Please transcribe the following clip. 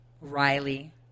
Riley